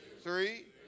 three